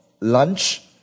lunch